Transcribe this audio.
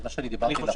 צהריים טובים.